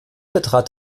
betrat